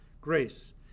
grace